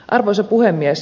arvoisa puhemies